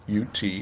ut